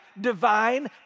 divine